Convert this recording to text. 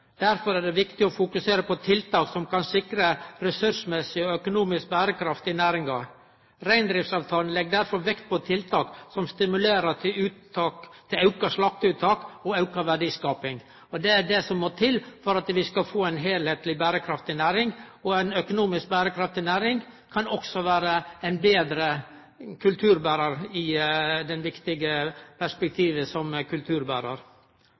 Derfor er det viktig å fokusere på tiltak som kan sikre ressursmessig og økonomisk berekraft i næringa. Reindriftsavtalen legg derfor vekt på tiltak som stimulerer til auka slakteuttak og auka verdiskaping, og det er det som må til for at vi skal få ei heilskapleg, berekraftig næring. Ei økonomisk berekraftig næring kan også vere ein betre kulturberar i det viktige perspektivet. Den landbruksmeldinga som